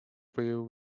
filled